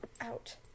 out